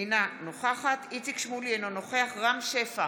אינה נוכחת איציק שמולי, אינה נוכחת רם שפע,